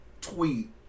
tweet